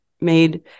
made